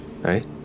right